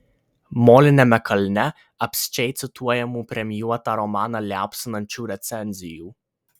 moliniame kalne apsčiai cituojamų premijuotą romaną liaupsinančių recenzijų